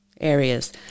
areas